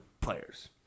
players